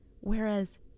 Whereas